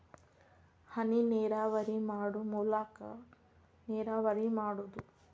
ಹನಿನೇರಾವರಿ ಮಾಡು ಮೂಲಾಕಾ ನೇರಾವರಿ ಮಾಡುದು